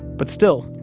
but still,